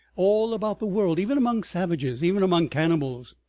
all about the world, even among savages, even among cannibals,